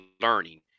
learning